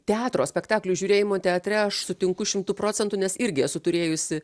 teatro spektaklių žiūrėjimo teatre aš sutinku šimtu procentų nes irgi esu turėjusi